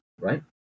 right